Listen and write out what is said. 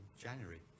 January